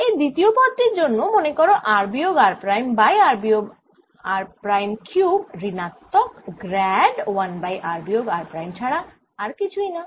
এই দ্বিতীয় পদ টির জন্য মনে করো r বিয়োগ r প্রাইম বাই r বিয়োগ r প্রাইম কিউব ঋণাত্মক গ্র্যাড 1 বাই r বিয়োগ r প্রাইম ছাড়া আর কিছুই না